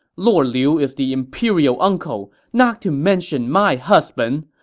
lord liu is the imperial uncle, not to mention my husband!